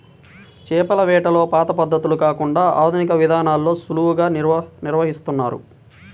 చేపల వేటలో పాత పద్ధతులను కాకుండా ఆధునిక విధానాల్లోనే సులువుగా నిర్వహిస్తున్నారు